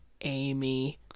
Amy